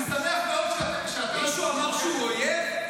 אני שמח מאוד --- מישהו אמר שהוא אויב?